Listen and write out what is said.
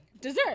dessert